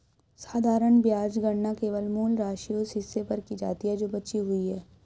साधारण ब्याज गणना केवल मूल राशि, उस हिस्से पर की जाती है जो बची हुई है